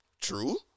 True